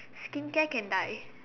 skincare can die